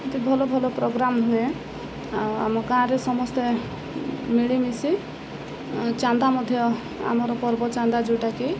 ଏତେ ଭଲ ଭଲ ପ୍ରୋଗ୍ରାମ୍ ହୁଏ ଆଉ ଆମ ଗାଁରେ ସମସ୍ତେ ମିଳିମିଶି ଚାନ୍ଦା ମଧ୍ୟ ଆମର ପର୍ବ ଚାନ୍ଦା ଯେଉଁଟାକି